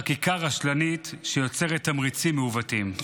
חקיקה רשלנית שיוצרת תמריצים מעוותים.